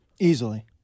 Easily